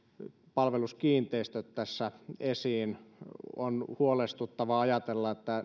palveluskiinteistöt tässä esiin on huolestuttavaa ajatella että